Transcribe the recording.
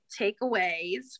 takeaways